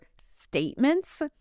statements